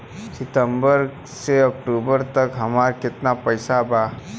सितंबर से अक्टूबर तक हमार कितना पैसा बा?